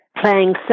playing